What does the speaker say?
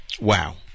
Wow